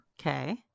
Okay